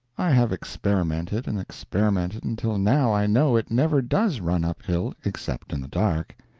i have experimented and experimented until now i know it never does run uphill, except in the dark.